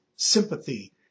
sympathy